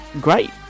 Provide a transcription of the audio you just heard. great